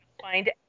Find